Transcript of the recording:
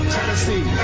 Tennessee